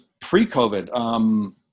pre-COVID